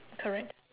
correct